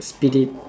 spit it